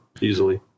easily